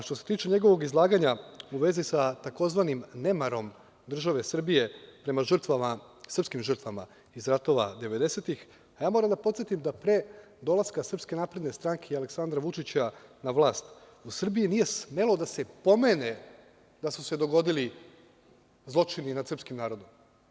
Što se tiče njegovog izlaganja u vezi sa tzv. nemarom države Srbije prema srpskim žrtvama iz ratova 90-ih, ja moram da podsetim da pre dolaska SNS i Aleksandra Vučića na vlast u Srbiji nije smelo da se pomene da su se dogodili zločini nad srpskim narodom.